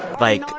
like,